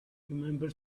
remember